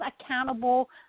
accountable